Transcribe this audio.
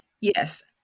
Yes